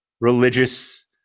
religious